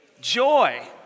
joy